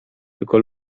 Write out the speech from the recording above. tylko